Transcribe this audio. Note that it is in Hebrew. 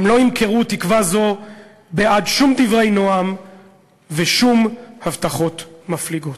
הם לא ימכרו תקווה זו בעד שום דברי נועם ושום הבטחות מפליגות".